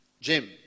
Jim